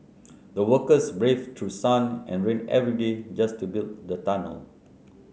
the workers braved through sun and rain every day just to build the tunnel